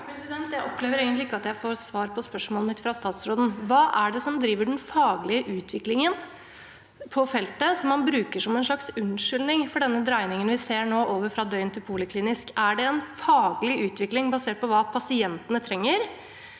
Jeg opplever egentlig ikke at jeg får svar på spørsmålet mitt av statsråden. Hva er det som driver den faglige utviklingen på feltet, som man bruker som en slags unnskyldning for den dreiningen vi nå ser, fra døgnbehandling over til poliklinisk behandling? Er det en faglig utvikling basert på hva pasientene trenger,